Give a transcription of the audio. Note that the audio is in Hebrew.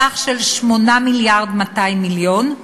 בסך 8 מיליארד ו-200 מיליון,